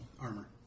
armor